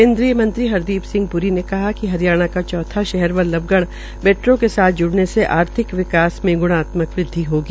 केन्द्रीय मंत्री हरदीप सिह प्री ने कहा है कि हरियाणा का चौथा शहर बल्लभगढ़ मेट्रो के साथ ज्ड़ने से आर्थिक विकास में गुणात्मक वदवि होगी